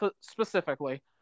specifically